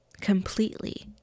completely